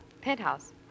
penthouse